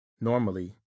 Normally